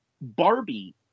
Barbie